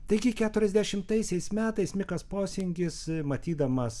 taigi keturiasdešimtaisiais metais mikas posingis matydamas